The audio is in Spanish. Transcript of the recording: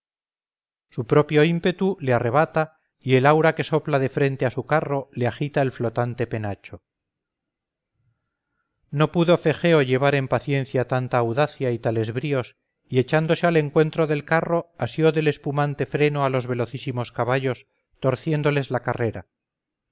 su propio ímpetu le arrebata y el aura que sopla de frente a su carro le agita el flotante penacho no pudo fegeo llevar en paciencia tanta audacia y tales bríos y echándose al encuentro del carro asió del espumante freno a los velocísimos caballos torciéndoles la carrera